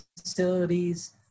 facilities